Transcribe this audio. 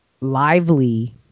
lively